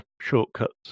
shortcuts